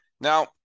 Now